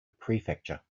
prefecture